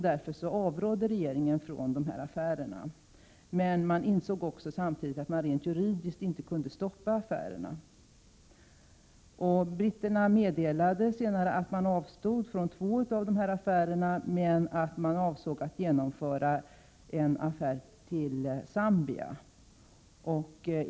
Därför avrådde regeringen från affärerna, men man insåg också att man rent juridiskt inte kunde stoppa affärerna. Britterna meddelade senare att de avstod från två av affärerna, men att de avsåg att genomföra en affär med Zambia.